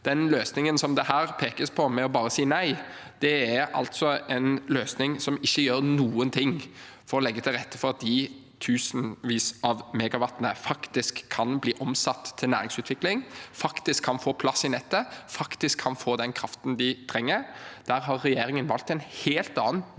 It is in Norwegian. Den løsningen som det her pekes på, med å bare si nei, er en løsning som ikke gjør noen ting for å legge til rette for at de tusenvis av megawattene faktisk kan bli omsatt til næringsutvikling, at de faktisk kan få plass i nettet, og at en faktisk kan få den kraften en trenger. Der har regjeringen valgt en helt annen og